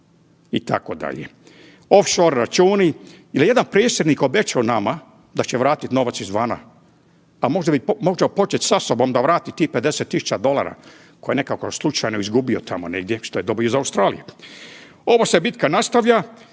itd., off shore računi. Jel jedan predsjednik obećao nama da će vratiti novac izvana, a može počet sa sobom da vrati tih 50.000 dolara koje je nekako slučajno izgubio tamo negdje što je dobio iz Australije. Ova se bitka nastavlja.